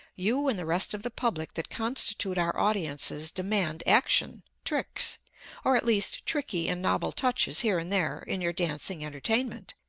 you and the rest of the public that constitute our audiences demand action, tricks or at least tricky and novel touches here and there in your dancing entertainment.